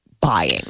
buying